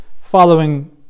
following